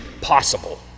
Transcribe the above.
possible